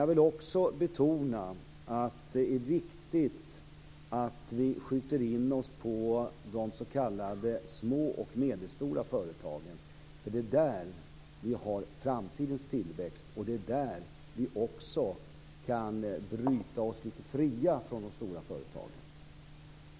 Jag vill även betona att det är viktigt att vi riktar in oss på de små och medelstora företagen, för det är där som vi har framtidens tillväxt och det är genom dem som vi kan bryta oss fria från de stora företagen.